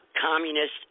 communist